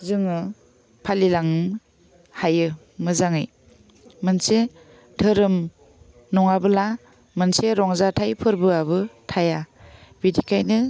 जोङो फालिलां हायो मोजाङै मोनसे धोरोम नङाबोला मोनसे रंजाथाइ फोरबोआबो थाया बिदिखायनो